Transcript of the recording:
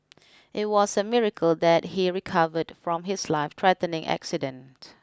it was a miracle that he recovered from his lifethreatening accident